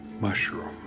mushroom